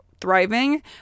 thriving